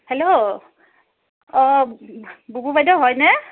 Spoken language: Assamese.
হেল্ল' অঁ বুবু বাইদেউ হয়নে